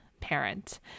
parent